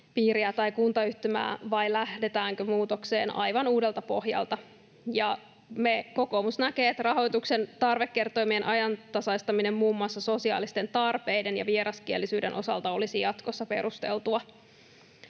tai kuntayhtymää vai lähdetäänkö muutokseen aivan uudelta pohjalta. Kokoomus näkee, että rahoituksen tarvekertoimien ajantasaistaminen muun muassa sosiaalisten tarpeiden ja vieraskielisyyden osalta olisi jatkossa perusteltua.